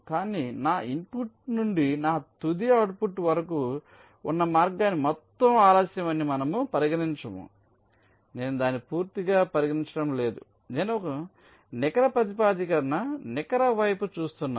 కానీ నా ఇన్పుట్ నుండి నా తుది అవుట్పుట్ వరకు ఉన్న మార్గాన్ని మొత్తం ఆలస్యం అని మనము పరిగణించము నేను దానిని పూర్తిగా పరిగణించటం లేదు నేను నికర ప్రాతిపదికన నికర వైపు చూస్తున్నాను